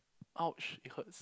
!ouch! it hurts